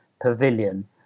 pavilion